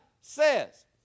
says